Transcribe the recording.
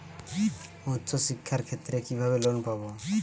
উচ্চশিক্ষার ক্ষেত্রে কিভাবে লোন পাব?